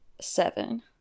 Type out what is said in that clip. seven